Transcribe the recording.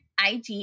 IG